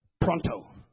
Pronto